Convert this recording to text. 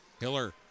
Hiller